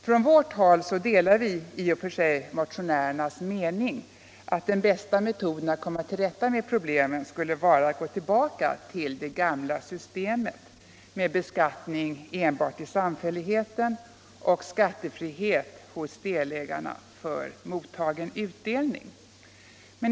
På vårt håll delar vi i och för sig motionärernas mening, att den bästa metoden att komma till rätta med problemet skulle vara att gå tillbaka till det gamla systemet med beskattning enbart i samfälligheten och skattefrihet hos delägarna för mottagen utdelning.